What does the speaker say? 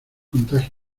contagio